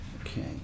okay